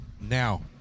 Now